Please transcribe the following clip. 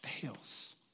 Fails